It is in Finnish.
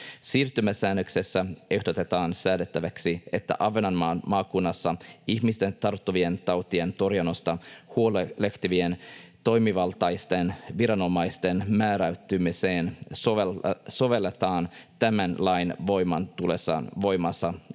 Siirtymäsäännöksessä ehdotetaan säädettäväksi, että Ahvenanmaan maakunnassa ihmisten tarttuvien tautien torjunnasta huolehtivien toimivaltaisten viranomaisten määräytymiseen sovelletaan tämän lain voimaan